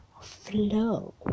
flow